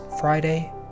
Friday